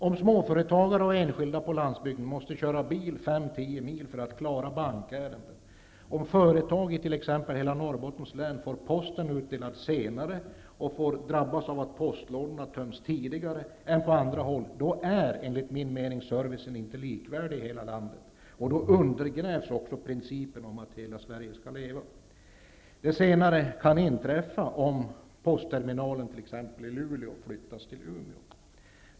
Om småföretagare och enskilda på landsbygden måste köra bil 5--10 mil för att klara bankärenden, om företag i t.ex. hela Norrbottens län får posten utdelad senare och drabbas av att postlådorna töms tidigare än på andra håll är, enligt min mening, servicen inte likvärdig i hela landet. Då undergrävs också principen att hela Sverige skall leva. Det senare kan inträffa om t.ex. postterminalen i Luleå flyttas till Umeå.